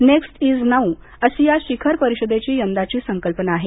next is now अशी या शिखर परिषदेची यंदाची संकल्पना आहे